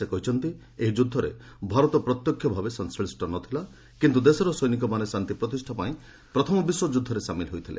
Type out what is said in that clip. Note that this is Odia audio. ସେ କହିଛନ୍ତି ଏହି ଯୁଦ୍ଧରେ ଭାରତ ପ୍ରତ୍ୟକ୍ଷ ଭାବେ ସଂଶ୍ଳିଷ୍ଟ ନ ଥିଲା କିନ୍ତୁ ଦେଶର ସୈନିକମାନେ ଶାନ୍ତି ପ୍ରତିଷ୍ଠାପାଇଁ ପ୍ରଥମ ବିଶ୍ୱଯୁଦ୍ଧରେ ସାମିଲ୍ ହୋଇଥିଲେ